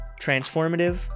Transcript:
transformative